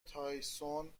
تایسون